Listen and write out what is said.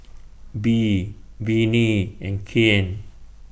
Bee Vinnie and Kyan